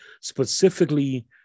specifically